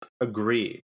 agreed